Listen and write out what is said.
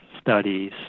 studies